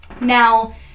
Now